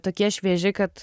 tokie švieži kad